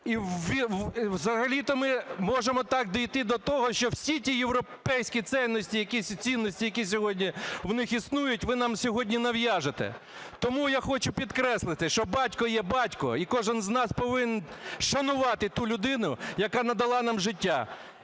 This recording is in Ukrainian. І взагалі-то ми можемо так дійти до того, що всі ті європейські цінності, які сьогодні в них існують, ви нам сьогодні нав'яжете. Тому я хочу підкреслити, що батько є батько і кожен з нас повинен шанувати ту людину, яка надала нам життя.